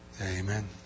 Amen